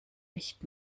nicht